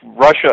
Russia